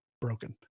broken